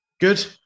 Good